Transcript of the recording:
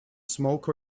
smoke